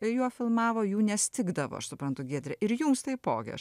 juo filmavo jų nestigdavo aš suprantu giedre ir jums taipogi aš